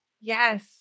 Yes